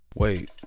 Wait